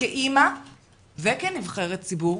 כאימא וכנבחרת ציבור